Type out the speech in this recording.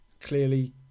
clearly